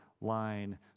line